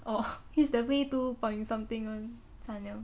oh he's definitely two point something [one] 惨 liao